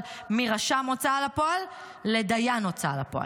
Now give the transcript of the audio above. מ"רשם הוצאה לפועל" ל"דיין הוצאה לפועל".